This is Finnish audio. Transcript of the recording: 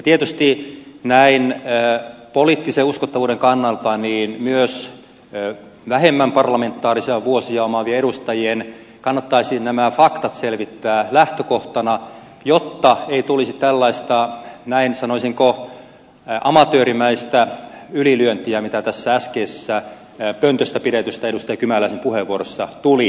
tietysti näin poliittisen uskottavuuden kannalta myös vähemmän parlamentaarisia vuosia omaavien edustajien kannattaisi nämä faktat selvittää lähtökohtana jotta ei tulisi tällaista sanoisinko näin amatöörimäistä ylilyöntiä kuin tässä äskeisessä pöntöstä pidetyssä edustaja kymäläisen puheenvuorossa tuli